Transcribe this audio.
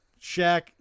Shaq